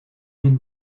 been